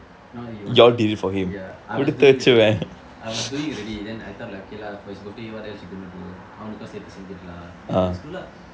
no he wanted ya I was doing already I was doing already then I thought like okay lah for his birthday what else you gonna do அவனுக்கும் சேர்த்து செய்திருளாம்:avanukkum serthum seythirulaam then I just do lah